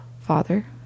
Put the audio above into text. Father